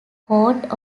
court